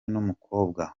n’umukobwa